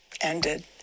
ended